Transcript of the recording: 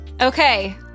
Okay